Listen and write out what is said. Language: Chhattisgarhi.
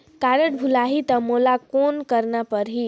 कारड भुलाही ता मोला कौन करना परही?